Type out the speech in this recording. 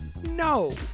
No